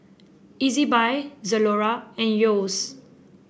Ezbuy Zalora and Yeo's